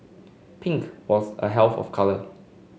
pink was a health of colour